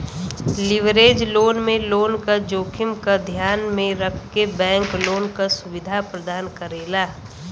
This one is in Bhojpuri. लिवरेज लोन में लोन क जोखिम क ध्यान में रखके बैंक लोन क सुविधा प्रदान करेला